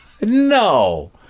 No